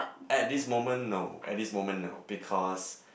at this moment no at this moment no because